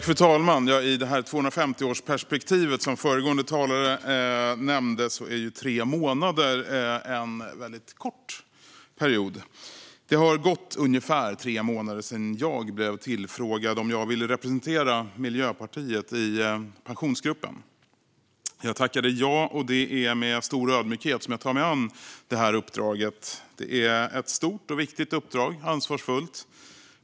Fru talman! I det 250-årsperspektiv som föregående talare nämnde är tre månader en väldigt kort period. Det har gått ungefär tre månader sedan jag blev tillfrågad om jag ville representera Miljöpartiet i Pensionsgruppen. Jag tackade ja, och det är med stor ödmjukhet som jag tar mig an det uppdraget. Det är ett stort, viktigt och ansvarsfullt uppdrag.